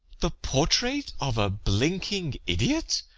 the portrait of a blinking idiot,